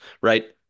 right